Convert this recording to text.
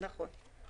נכון.